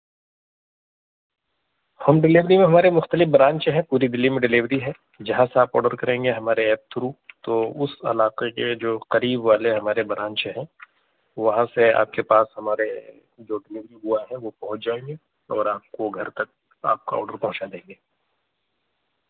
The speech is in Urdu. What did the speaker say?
ہوم ڈلیوری میں ہمارے مختلف برانچ ہے پوری دلی میں ڈلیوری ہے جہاں سے آپ آڈر کریں گے ہمارے ایپ تھرو تو اس علاقے کے جو قریب والے ہمارے برانچ ہیں وہاں سے آپ کے پاس ہمارے جو ڈلیوری بوائے ہے وہ پہنچ جائیں گے اور آپ کو گھر تک آپ کا آڈر پہنچا دیں گے